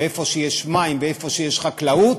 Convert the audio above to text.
במקום שיש מים ובמקום שיש חקלאות,